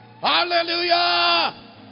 Hallelujah